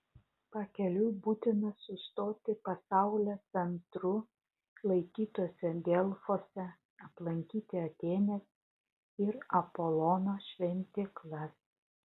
pakeliui būtina sustoti pasaulio centru laikytuose delfuose aplankyti atėnės ir apolono šventyklas